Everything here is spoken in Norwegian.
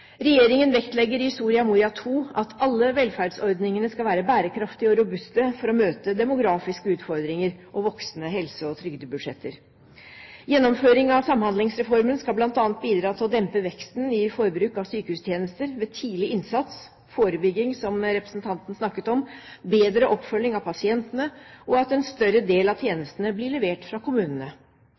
Regjeringen vektlegger i Soria Moria II at alle velferdsordningene skal være bærekraftige og robuste for å møte demografiske utfordringer og voksende helse- og trygdebudsjetter. Gjennomføring av Samhandlingsreformen skal bl.a. bidra til å dempe veksten i forbruk av sykehustjenester ved tidlig innsats, forebygging, som representanten snakket om, bedre oppfølging av pasientene og at en større del av tjenestene blir levert fra kommunene.